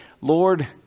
Lord